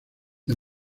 the